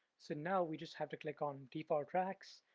so now we just have to click on default tracks,